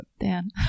Dan